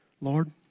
Lord